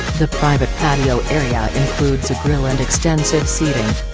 the private patio area includes a grill and extensive seating.